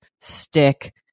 stick